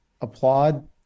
applaud